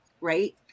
Right